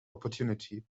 opportunity